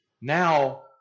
Now